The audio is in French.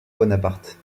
bonaparte